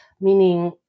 meaning